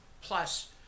plus